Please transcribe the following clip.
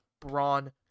braun